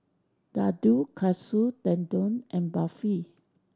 Ladoo Katsu Tendon and Barfi